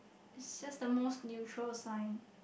is just the most neutral sign